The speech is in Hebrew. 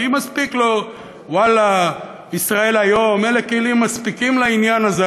כי מספיק לו "וואלה" ו"ישראל היום"; אלה כלים מספיקים לעניין הזה.